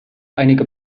einige